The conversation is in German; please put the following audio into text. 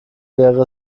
wäre